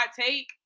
take